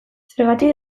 zergatik